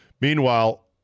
Meanwhile